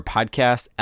Podcast